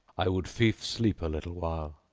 i would fief sleep a little while.